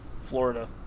Florida